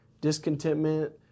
discontentment